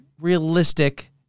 realistic